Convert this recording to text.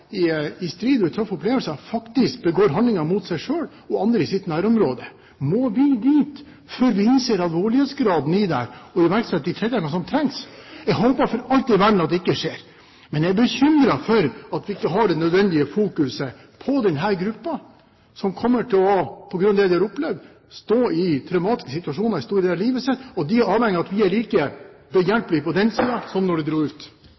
vært i strid og hatt tøffe opplevelser, faktisk begår handlinger mot seg selv og andre i sitt nærområde. Må vi dit før vi innser alvorlighetsgraden i dette og iverksetter de tiltakene som trengs? Jeg håper for alt i verden at det ikke skjer. Men jeg er bekymret for at vi ikke har det nødvendige fokuset på denne gruppen, som, på grunn av det de har opplevd, kommer til å stå i traumatiske situasjoner i store deler av livet sitt. De er avhengige av at vi er like behjelpelige på den siden som da de dro ut. Når